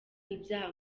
ibyaha